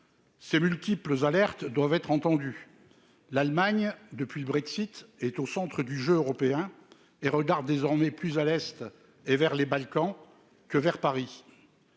ces multiples alertes doivent être entendus, l'Allemagne depuis le Brexit est au centre du jeu européen et regarde désormais plus à l'est et vers les Balkans que vers Paris,